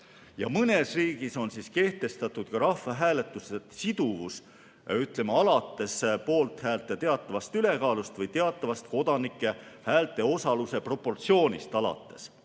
Mõnes riigis on kehtestatud ka rahvahääletuse siduvus alates poolthäälte teatavast ülekaalust või teatavast kodanike häälte ja osaluse proportsioonist.